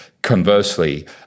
Conversely